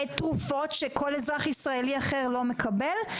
תרופות שכל אזרח ישראלי אחר לא מקבל,